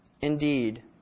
Indeed